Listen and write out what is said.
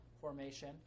formation